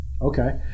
Okay